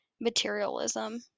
materialism